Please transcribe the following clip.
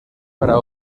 para